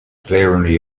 glaringly